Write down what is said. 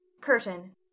Curtain